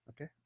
okay